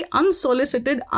unsolicited